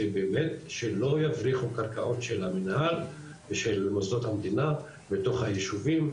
שבאמת שלא יבריחו קרקעות של המנהל ושל מוסדות המדינה מתוך היישובים,